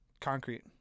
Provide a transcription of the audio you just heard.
concrete